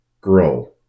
grow